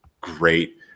great